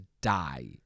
die